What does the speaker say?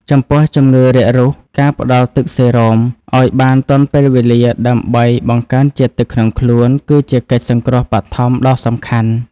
ចំពោះជំងឺរាករូស ការផ្តល់ទឹកសេរ៉ូម ឱ្យបានទាន់ពេលវេលាដើម្បីបង្កើនជាតិទឹកក្នុងខ្លួន គឺជាកិច្ចសង្គ្រោះបឋមដ៏សំខាន់។